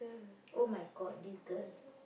!oh-my-God! this girl